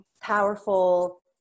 powerful